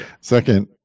second